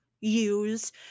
use